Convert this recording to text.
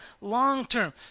long-term